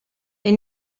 they